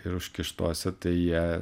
ir užkištuose tai jie